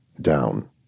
down